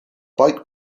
bike